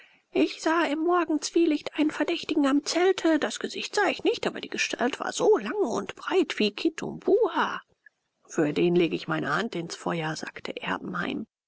ich sah im morgenzwielicht einen verdächtigen am zelte das gesicht sah ich nicht aber die gestalt war so lang und breit wie kitumbua für den lege ich meine hand ins feuer sagte